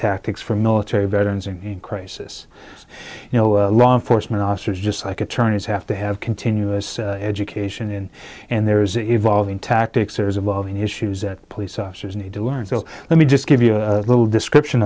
tactics for military veterans in crisis you know a law enforcement officers just like attorneys have to have continuous education in and there is evolving tactics there's evolving issues that police officers need to learn so let me just give you a little description